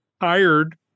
tired